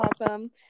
awesome